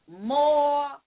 more